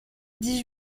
dix